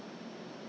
!huh!